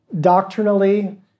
doctrinally